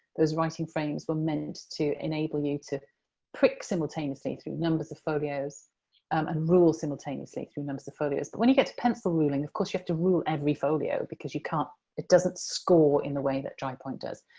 those writing frames were meant to enable you to prick simultaneously through numbers of folios and rule simultaneously through numbers of folios. but when you get to pencil ruling, of course you have to rule every folio, because you can't it doesn't score in the way that dry-point does.